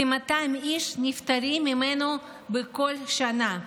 כ-200 איש נפטרים ממנו בכל שנה.